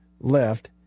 left